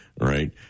right